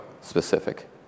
specific